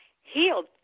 healed